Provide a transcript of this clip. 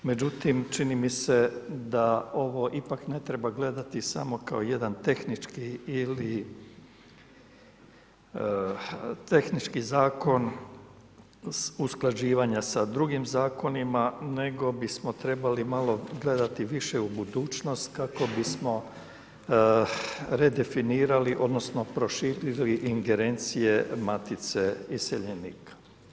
Međutim, čini mi se da ovo ipak ne treba gledati samo kao jedan tehnički ili tehnički zakon usklađivanja sa drugim zakonima nego bismo trebali malo gledati više u budućnost kako bismo redefinirali, odnosno proširili ingerencije matice iseljenika.